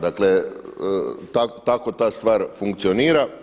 Dakle, tako ta stvar funkcionira.